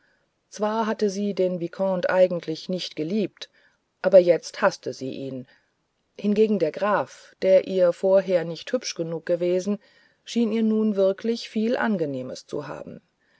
zwar hatte sie den vicomte eigentlich nicht geliebt aber jetzt haßte sie ihn hingegen der graf der ihr vorher nicht hübsch genug gewesen schien ihr nun wirklich viel angenehmes zu haben